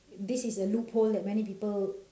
this is a loophole that many people